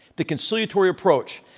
the conciliatory approach,